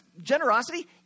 generosity